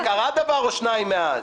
קרה דבר או שניים מאז.